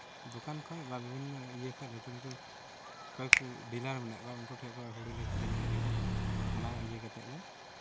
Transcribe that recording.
ᱫᱚᱠᱟᱱ ᱠᱷᱚᱡ ᱵᱟᱨ ᱵᱤᱜᱷᱟᱹ ᱜᱟᱱ ᱞᱟᱹᱴᱩ ᱞᱟᱹᱴᱩ ᱚᱠᱚᱭ ᱠᱚ ᱰᱤᱞᱟᱨ ᱢᱮᱱᱟᱜ ᱠᱚᱣᱟ ᱩᱝᱠᱩ ᱴᱷᱮᱡ ᱠᱷᱚᱡ ᱦᱳᱲᱳ ᱞᱮ ᱠᱤᱨᱤᱧ ᱟᱹᱜᱩᱭᱮᱫᱟ ᱚᱱᱟ ᱤᱭᱟᱹ ᱠᱟᱛᱮ ᱞᱮ